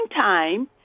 time